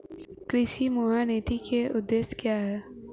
कृषि मूल्य नीति के उद्देश्य क्या है?